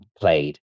played